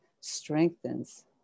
strengthens